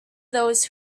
those